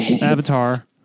avatar